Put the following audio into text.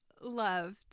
loved